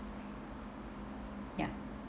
ya